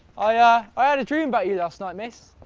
i, ah, i had a dream about you last night, miss.